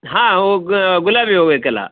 ಹಾಂ ಅವ್ಕೆ ಗುಲಾಬಿ ಹೂ ಬೇಕಲ್ಲ